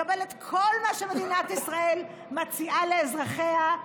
לקבל את כל מה שמדינת ישראל מציעה לאזרחיה,